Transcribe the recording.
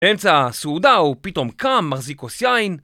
אמצע הסעודה הוא פתאום קם, מחזיק כוס יין